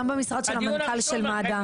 גם במשרד של המנכ"ל של מד"א,